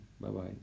bye-bye